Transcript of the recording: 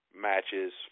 matches